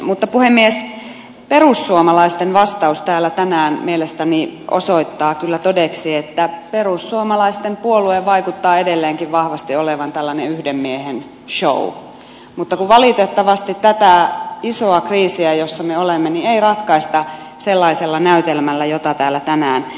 mutta puhemies perussuomalaisten vastaus täällä tänään mielestäni osoittaa kyllä todeksi että perussuomalaisten puolue vaikuttaa edelleenkin vahvasti olevan tällainen yhden miehen show mutta valitettavasti tätä isoa kriisiä jossa me olemme ei ratkaista sellaisella näytelmällä jota täällä tänään näimme